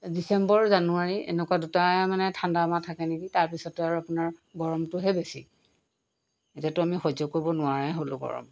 ডিচেম্বৰ জানুৱাৰী এনেকুৱা দুটাই মানে ঠাণ্ডা মাহ থাকে নিকি তাৰপিছতে আৰু আপোনাৰ গৰমটোহে বেছি এতিয়াটো আমি সহ্য কৰিব নোৱাৰাই হ'লো গৰম